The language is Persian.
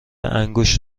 انگشت